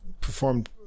performed